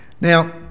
Now